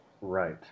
Right